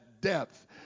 depth